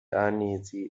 uneasy